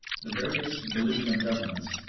the various belligerent governments,